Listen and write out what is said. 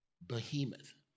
behemoth